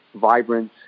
vibrant